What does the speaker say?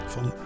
Van